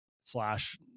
slash